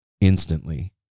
instantly